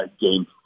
game